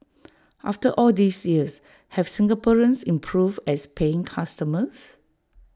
after all these years have Singaporeans improved as paying customers